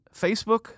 Facebook